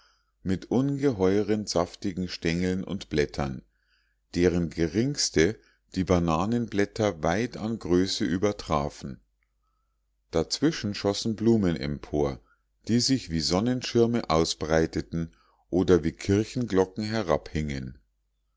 mit ungeheuren saftigen stengeln und blättern deren geringste die bananenblätter weit an größe übertrafen dazwischen schossen blumen empor die sich wie sonnenschirme ausbreiteten oder wie kirchenglocken herabhingen